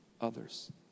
others